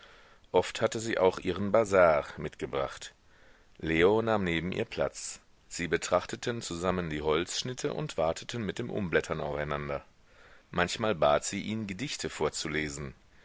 oft hatte sie auch ihren bazar mitgebracht leo nahm neben ihr platz sie betrachteten zusammen die holzschnitte und warteten mit dem umblättern aufeinander manchmal bat sie ihn gedichte vorzulesen